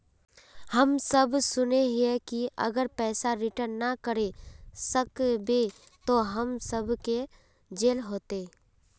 हम सब सुनैय हिये की अगर पैसा रिटर्न ना करे सकबे तो हम सब के जेल होते?